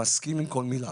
אני מסכים עם כל מילה.